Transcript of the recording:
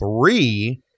three